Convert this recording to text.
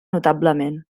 notablement